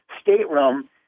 stateroom